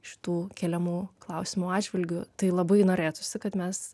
šitų keliamų klausimų atžvilgiu tai labai norėtųsi kad mes